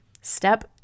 Step